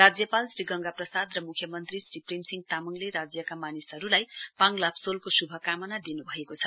राज्यपाल श्री गंगा प्रसाद र मुख्यमन्त्री श्री प्रेम सिंह तामाङले राज्यका मानिसहरूलाई पाङ लाब्सोलको शुभकामना दिनु भएको छ